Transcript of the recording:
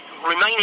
remaining